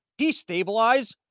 destabilize